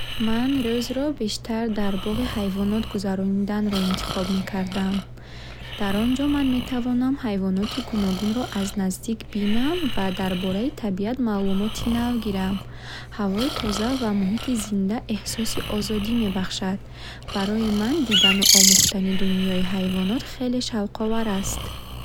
Ман рӯзро бештар дар боғи ҳайвонот гузарониданро интихоб мекардам. Дар он ҷо ман метавонам ҳайвоноти гуногунро аз наздик бинам ва дар бораи табиат маълумоти нав гирам. Ҳавои тоза ва муҳити зинда эҳсоси озодӣ мебахшад. Барои ман дидану омӯхтани дунёи ҳайвонот хеле шавқовар аст.